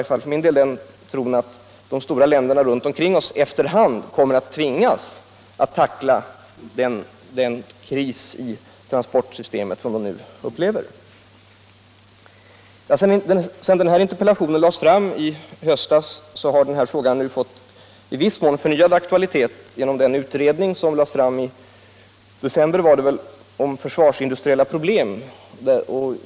Jag tror för min del att de stora länderna runt omkring oss efter hand kommer att tvingas att tackla den kris i transportsystemen som de nu upplever. Sedan jag framställde min interpellation i höstas har denna fråga i viss mån fått förnyad aktualitet genom den utredning som lades fram i december rörande försvarets industriella problem.